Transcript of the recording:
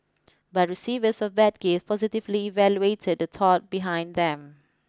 but receivers of bad gifts positively evaluated the thought behind them